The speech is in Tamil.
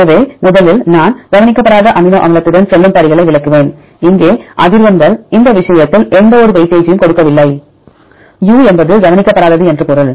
எனவே முதலில் நான் கவனிக்கப்படாத அமினோ அமிலத்துடன் செல்லும் படிகளை விளக்குவேன் இங்கே அதிர்வெண்கள் இந்த விஷயத்தில் எந்தவொரு வெயிட்டேஜையும் கொடுக்கவில்லை u என்பது கவனிக்கப்படாதது என்று பொருள்